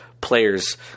players